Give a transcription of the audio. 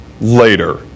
later